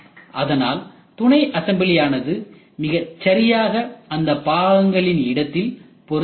அதனால் துணைஅசம்பிளி ஆனது மிகச்சரியாக அந்த பாகங்களின் இடத்தில் பொருந்துகிறது